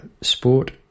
sport